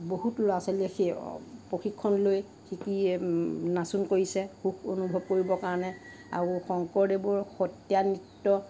বহুত ল'ৰা ছোৱালীয়ে প্ৰশিক্ষণ লৈ শিকি নাচোন কৰিছে সুখ অনুভৱ কৰিবৰ কাৰণে আৰু শংকৰদেৱৰ সত্ৰীয়া নৃত্য